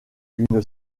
une